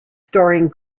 starring